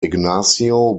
ignacio